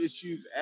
issues